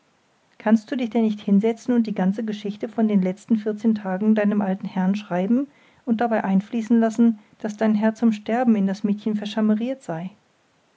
kannst du dich denn nicht hinsetzen und die ganze geschichte von den letzten vierzehn tagen deinem alten herrn schreiben und dabei einfließen lassen daß dein herr zum sterben in das mädchen verschammeriert sei